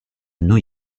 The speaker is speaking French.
new